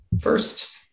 First